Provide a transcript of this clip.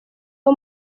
uwo